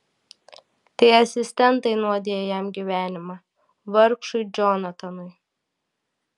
tai asistentai nuodija jam gyvenimą vargšui džonatanui